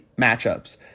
matchups